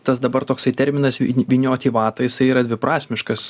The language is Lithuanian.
tas dabar toksai terminas vy vyniot į vatą jisai yra dviprasmiškas